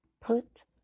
Put